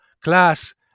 class